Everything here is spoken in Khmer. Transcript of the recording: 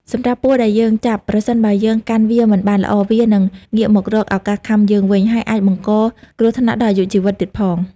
សម្រាប់ពស់ដែលយើងចាប់ ប្រសិនបើយើងកាន់វាមិនបានល្អ វានឹងងាកមករកឱកាសខាំយើងវិញ ហើយអាចបង្កគ្រោះថ្នាក់ដល់អាយុជីវិតទៀតផង។